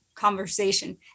conversation